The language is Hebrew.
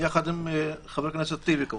כן, יחד עם חבר הכנסת טיבי כמובן.